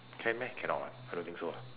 can meh cannot [what] I don't think so ah